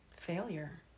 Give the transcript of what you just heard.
failure